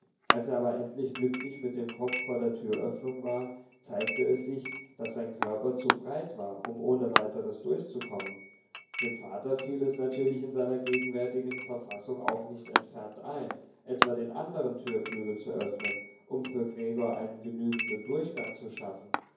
als er aber endlich glücklich mit dem kopf vor der türöffnung war zeigte es sich daß sein körper zu breit war um ohne weiteres durchzukommen dem vater fiel es natürlich in seiner gegenwärtigen verfassung auch nicht entfernt ein etwa den anderen türflügel zu öffnen um für gregor einen genügenden durchgang zu schaffen